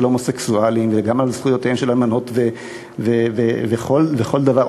הומוסקסואלים וגם על זכויותיהן של אלמנות וכל דבר,